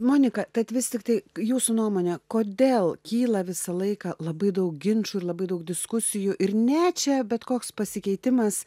monika tad vis tiktai jūsų nuomone kodėl kyla visą laiką labai daug ginčų ir labai daug diskusijų ir ne čia bet koks pasikeitimas